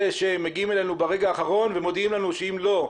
שמגיעים אלינו ברגע האחרון ומודיעים לנו שאם לא,